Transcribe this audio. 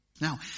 Now